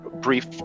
brief